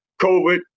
COVID